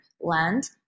land